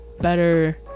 better